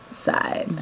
side